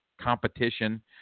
competition